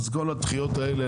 אז כל הדחיות האלה,